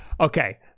Okay